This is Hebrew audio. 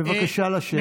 בבקשה לשבת.